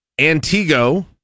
antigo